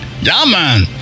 Yaman